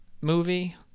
movie